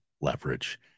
leverage